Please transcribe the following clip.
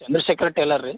Chandrashekhar tailor ರೀ